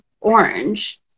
orange